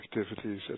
activities